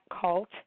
Cult